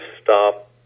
stop